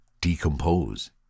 decompose